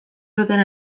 zuten